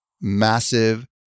massive